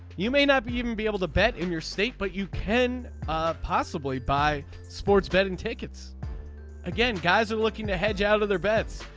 you may not even be able to bet in your state but you can possibly buy sports betting tickets again guys are looking to hedge out of their bets.